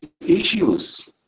issues